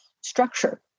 structure